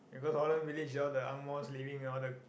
you go Holland-Village all the Ang-Mohs living all the